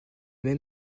même